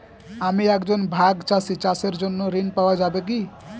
আমি একজন ভাগ চাষি চাষের জন্য ঋণ পাওয়া যাবে কি?